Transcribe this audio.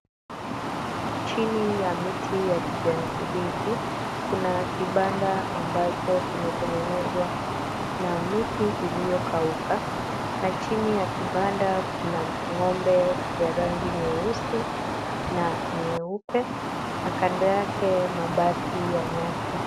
Chini ya miti ya kijani kibichi, kuna kibanda ambacho kimetengenezwa na miti iliyokauka na chini ya kibanda kuna ng'ombe wa rangi nyeusi na nyeupe na kando yake, mabati ya nyasi